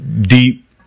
deep